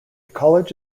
college